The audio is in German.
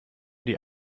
die